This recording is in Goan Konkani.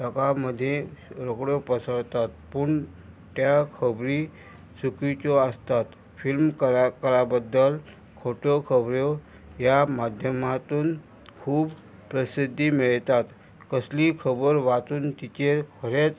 लोका मदीं रोकड्यो पसरतात पूण त्या खबरी चुकीच्यो आसतात फिल्म कला कला बद्दल खोट्यो खोबऱ्यो ह्या माध्यमातून खूब प्रसिद्धी मेळयतात कसलीय खबर वाचून तिचेर खरेंच